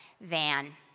van